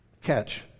catch